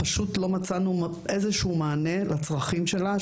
פשוט לא מצאנו איזה שהוא מענה לצרכים שלה,